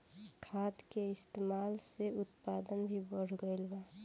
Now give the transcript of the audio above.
खाद के इस्तमाल से उत्पादन भी बढ़ गइल बा